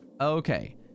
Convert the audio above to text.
okay